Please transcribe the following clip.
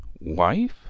Wife